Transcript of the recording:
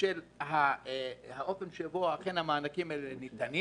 האופן שבו המענקים ניתנים.